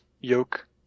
yoke